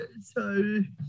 sorry